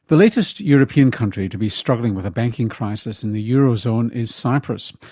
the latest european country to be struggling with a banking crisis in the euro zone is cyprus.